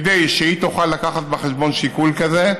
תוכל לקחת בחשבון שיקול כזה,